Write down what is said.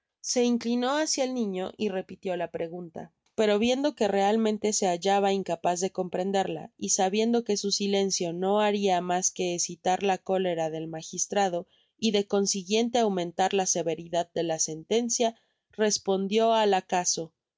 se inclinó hacia el niño y repitió la pregunta pero viendo que realmente se hallaba incapaz de comprenderla y sabiendo que su silencio no haria mas que escifar la cólera del magistrado y de consiguiente aumentar la severidad de la sentencia respondió al acaso se